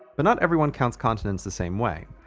but not everyone count continents the same way.